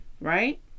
right